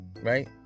right